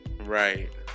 Right